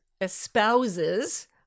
espouses